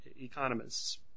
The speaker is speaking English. economists